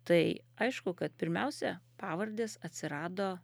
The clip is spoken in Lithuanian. tai aišku kad pirmiausia pavardės atsirado